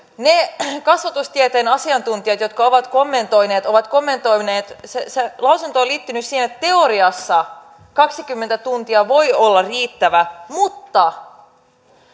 niillä kasvatustieteen asiantuntijoilla jotka ovat kommentoineet ovat kommentoineet se se lausunto on liittynyt siihen että teoriassa kaksikymmentä tuntia voi olla riittävä mutta